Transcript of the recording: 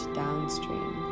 downstream